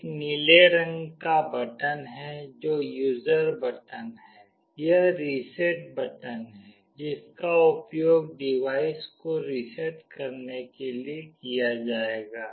एक नीले रंग का बटन है जो यूजर बटन है यह रीसेट बटन है जिसका उपयोग डिवाइस को रीसेट करने के लिए किया जाएगा